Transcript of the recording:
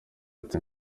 ati